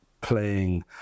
playing